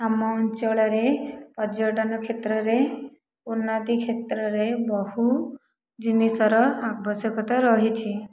ଆମ ଅଞ୍ଚଳରେ ପର୍ଯ୍ୟଟନ କ୍ଷେତ୍ରରେ ଉନ୍ନତି କ୍ଷେତ୍ରରେ ବହୁ ଜିନିଷର ଆବଶ୍ୟକତା ରହିଛି